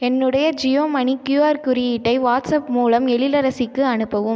என்னுடைய ஜியோமனி க்யூஆர் குறியீட்டை வாட்ஸ்அப் மூலம் எழிலரசிக்கு அனுப்பவும்